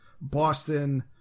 Boston